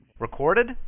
Recorded